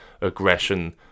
aggression